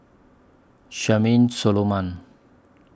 Charmaine Solomon